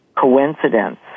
coincidence